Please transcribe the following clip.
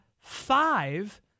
five